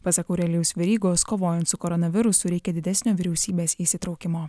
pasak aurelijaus verygos kovojant su koronavirusu reikia didesnio vyriausybės įsitraukimo